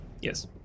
Yes